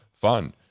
fun